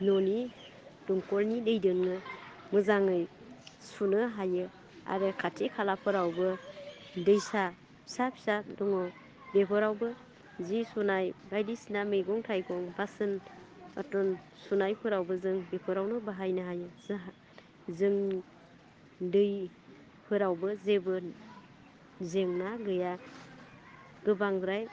न'नि दमकलनि दैजोंनो मोजाङै सुनो हायो आरो खाथि खालाफोरावबो दैसा फिसा फिसा दङ बेफोरावबो जि सुनाय बायदिसिना मैगं थाइगं बासन बातन सुनायफोरावबो जों बिफोरावनो बायनो हायो जोंहा जों दैफोरावबो जेबो जेंना गैया गोबांद्राय